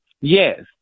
Yes